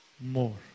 more